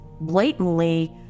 blatantly